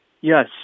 Yes